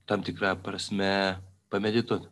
tam tikra prasme pamedituot